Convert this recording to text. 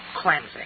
Cleansing